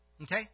Okay